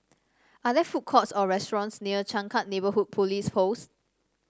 are there food courts or restaurants near Changkat Neighbourhood Police Post